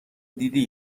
دیدی